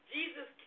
Jesus